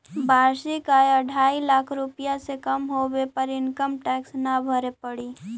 वार्षिक आय अढ़ाई लाख रुपए से कम होवे पर इनकम टैक्स न भरे पड़ऽ हई